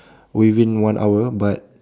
within one hour but